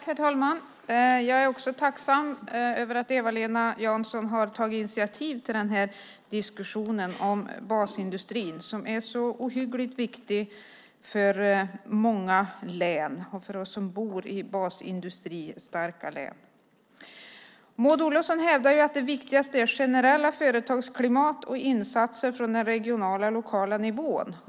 Herr talman! Jag är tacksam för att Eva-Lena Jansson har tagit initiativ till den här diskussionen om basindustrin som är så ohyggligt viktig för många län och för oss som bor i basindustristarka län. Maud Olofsson hävdar att det viktigaste är det generella företagsklimatet och insatser från den regionala och lokala nivån.